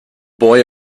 boy